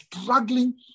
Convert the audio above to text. struggling